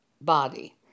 body